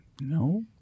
No